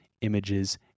images